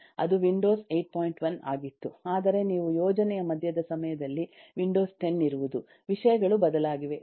1 ಆಗಿತ್ತು ಆದರೆ ನೀವು ಯೋಜನೆಯ ಮಧ್ಯದ ಸಮಯದಲ್ಲಿ ವಿಂಡೋಸ್ 10 ಇರುವುದು ವಿಷಯಗಳು ಬದಲಾಗಿವೆ